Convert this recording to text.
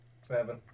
Seven